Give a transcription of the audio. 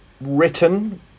written